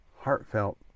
Heartfelt